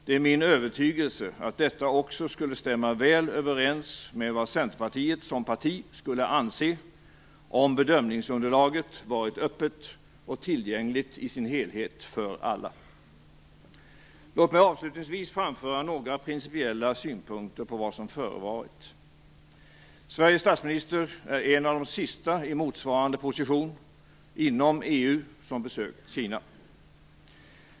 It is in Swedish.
Det är min övertygelse att detta också skulle stämma väl överens med vad Centerpartiet som parti skulle anse om bedömningsunderlaget varit öppet och tillgängligt i dess helhet för alla. Låt mig avslutningsvis framföra några principiella synpunkter på det som förevarit. Sveriges statsminister är en av de sista i motsvarande position inom EU som besökt Kina.